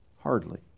hardly